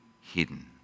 hidden